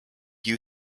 you